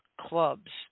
clubs